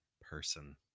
person